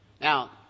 Now